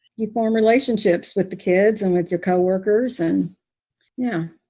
you form relationships with the kids and with your coworkers and yeah,